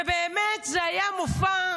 ובאמת זה היה מופע,